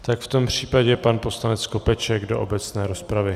Tak v tom případě pan poslanec Skopeček do obecné rozpravy.